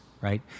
right